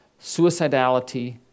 suicidality